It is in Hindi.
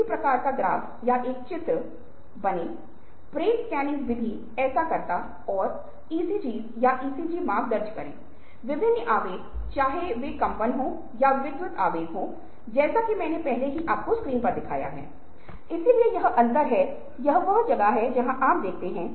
इसलिए एक समाधान यह हो सकता है कि हमें यह जांचना होगा कि कर्मचारियों की स्वास्थ्य समस्या का समाधान करने के लिए वे किस स्वास्थ्य सुविधा में सुधार कर रहे हैं